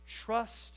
trust